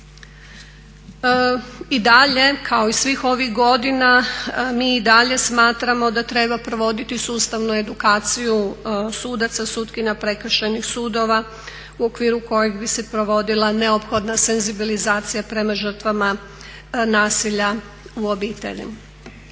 I dalje kao i svih ovih godina mi i dalje smatramo da treba provoditi sustavnu edukaciju sudaca, sutkinja Prekršajnih sudova u okviru kojeg bi se provodila neophodna senzibilizacija prema žrtvama nasilja u obitelji.